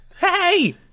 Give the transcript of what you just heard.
Hey